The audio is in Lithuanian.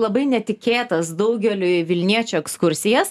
labai netikėtas daugeliui vilniečių ekskursijas